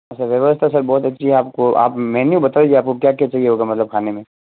अच्छा व्यवस्था सर बहुत अच्छी है आपको आप मेन्यू बताइए आपको क्या क्या चाहिए होगा मतलब खाने में